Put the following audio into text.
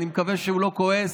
אני מקווה שהוא לא כועס.